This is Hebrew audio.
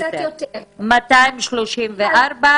קצת יותר, 237